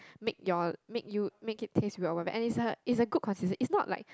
make your make you make it taste well and is a good consists is not like